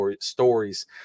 stories